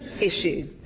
issue